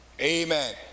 Amen